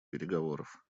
переговоров